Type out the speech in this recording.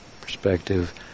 perspective